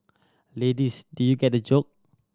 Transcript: ladies did you get the joke